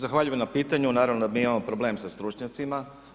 Zahvaljujem na pitanju, naravno mi imamo problem sa stručnjacima.